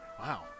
Wow